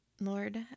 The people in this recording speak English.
Lord